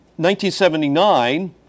1979